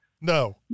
No